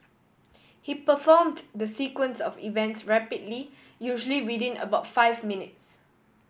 he performed the sequence of events rapidly usually within about five minutes